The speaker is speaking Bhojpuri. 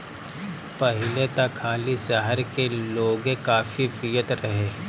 पहिले त खाली शहर के लोगे काफी पियत रहे